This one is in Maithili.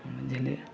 बुझलिए